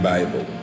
Bible